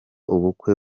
ubukwe